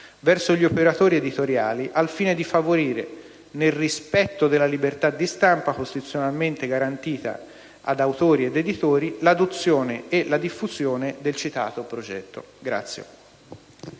verso gli operatori editoriali al fine di favorire, nel rispetto della libertà di stampa costituzionalmente garantita ad autori ed editori, l'adozione e la diffusione del citato progetto.